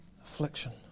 affliction